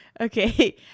Okay